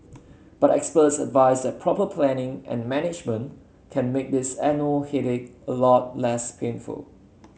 but experts advise that proper planning and management can make this annual headache a lot less painful